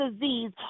disease